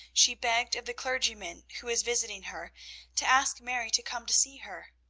she begged of the clergyman who was visiting her to ask mary to come to see her.